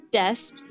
desk